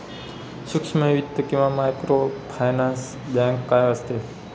सूक्ष्म वित्त किंवा मायक्रोफायनान्स बँक काय असते?